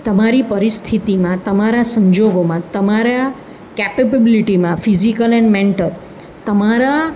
તમારી પરિસ્થિતિમાં તમારા સંજોગોમાં તમારા કેપેબ્લીટીમાં ફિઝિકલ એન્ડ મેન્ટલ તમારા